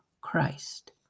Christ